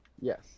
yes